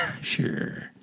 Sure